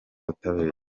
butabera